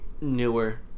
newer